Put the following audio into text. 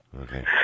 okay